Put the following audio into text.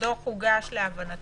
הדוח הוגש, להבנתי,